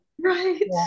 Right